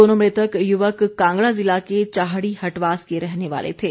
दोनों मृतक युवक कांगड़ा जिला के चाहड़ी हटवास के रहने वाले थे